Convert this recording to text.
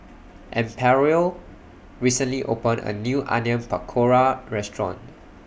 Amparo recently opened A New Onion Pakora Restaurant